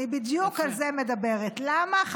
אני מדברת בדיוק על זה,